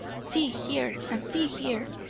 see here! and see here!